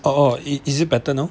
orh oh is it better now